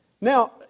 Now